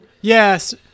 Yes